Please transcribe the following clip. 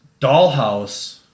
dollhouse